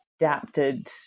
adapted